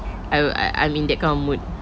I were I I'm in that kind of mood